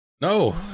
No